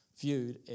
viewed